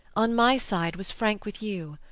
on my side, was frank with you.